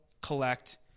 collect